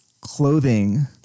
clothing